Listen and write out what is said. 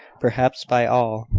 perhaps, by all.